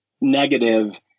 negative